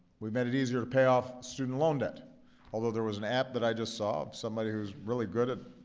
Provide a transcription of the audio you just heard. we've made it easier to pay off student loan debt although there was an app that i just saw, somebody who's really good at